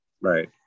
Right